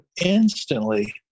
instantly